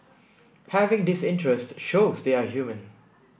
having this interest shows they are human